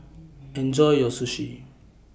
Enjoy your Sushi